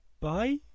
bye